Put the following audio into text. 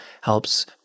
helps